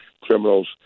criminals